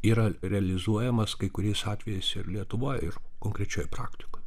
yra realizuojamas kai kuriais atvejais ir lietuvoj ir konkrečioj praktikoj